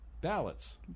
ballots